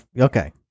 Okay